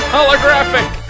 Holographic